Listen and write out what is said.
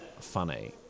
funny